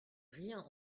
rien